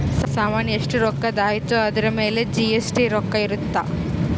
ಸಾಮನ್ ಎಸ್ಟ ರೊಕ್ಕಧ್ ಅಯ್ತಿ ಅದುರ್ ಮೇಲೆ ಜಿ.ಎಸ್.ಟಿ ರೊಕ್ಕ ಇರುತ್ತ